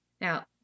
Now